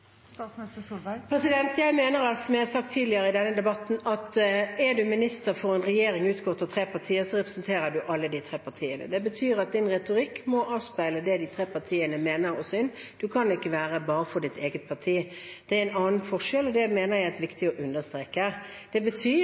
Jeg mener, som jeg har sagt tidligere i denne debatten, at om en er minister for en regjering utgått av tre partier, representerer en alle de tre partiene. Det betyr at ens retorikk må avspeile det de tre partiene mener og synes, en kan ikke bare være for sitt eget parti. Det er en forskjell, og det mener jeg er viktig å understreke. Det betyr